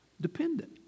dependent